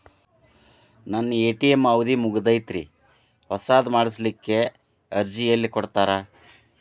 ನನ್ನ ಎ.ಟಿ.ಎಂ ಅವಧಿ ಮುಗದೈತ್ರಿ ಹೊಸದು ಮಾಡಸಲಿಕ್ಕೆ ಅರ್ಜಿ ಎಲ್ಲ ಕೊಡತಾರ?